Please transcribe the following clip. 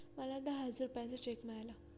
मला दहा हजार रुपयांचा चेक मिळाला